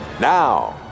Now